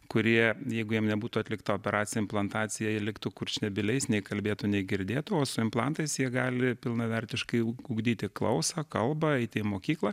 kurie jeigu jiem nebūtų atlikta operacija implantacija jie ir liktų kurčnebyliais nei kalbėtų nei girdėtų o su implantais jie gali pilnavertiškai ugdyti klausą kalbą eiti į mokyklą